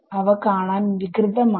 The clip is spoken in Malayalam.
അവ കാണാൻ വികൃതമാണ്